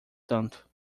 tanto